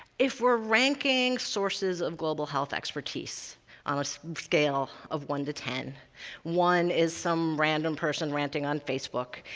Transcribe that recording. if we're ranking sources of global-health expertise on a scale of one to ten one is some random person ranting on facebook,